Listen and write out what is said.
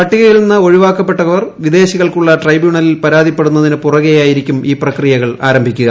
പട്ടികയിൽ നിന്ന് ഒഴിവാക്കപ്പെട്ടവർ വിദേശികൾക്കുള്ള ട്രൈബ്യൂണലിൽ പരാതിപെടുന്നതിന് പുറകെയായി രിക്കും ഈ പ്രക്രിയ ആരംഭിക്കുക